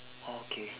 okay